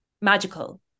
magical